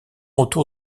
retour